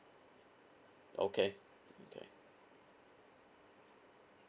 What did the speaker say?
okay okay